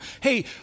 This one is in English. Hey